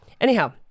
anyhow